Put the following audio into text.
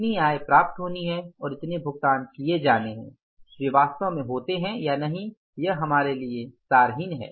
इतनी आय प्राप्त होनी है और इतने भुगतान किये जाने है वे वास्तव में होते है या नहीं यह हमारे लिए सारहीन है